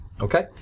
Okay